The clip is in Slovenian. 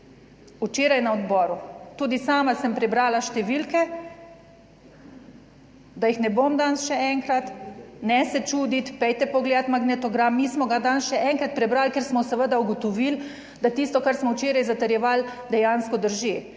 Včeraj na odboru, tudi sama sem prebrala številke, da jih ne bom danes še enkrat, ne se čuditi, pojdite pogledati magnetogram, mi smo ga danes še enkrat prebrali, ker smo seveda ugotovili, da tisto kar smo včeraj zatrjevali, dejansko drži.